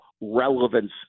relevance